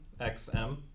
X-M